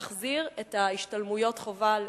להחזיר את השתלמויות החובה?